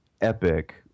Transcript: epic